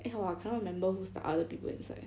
eh how ah I cannot remember who's the other people inside